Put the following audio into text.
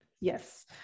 yes